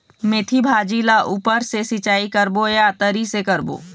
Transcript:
मेंथी भाजी ला ऊपर से सिचाई करबो या तरी से करबो?